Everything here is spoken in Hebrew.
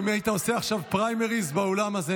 אם היית עושה עכשיו פריימריז באולם הזה,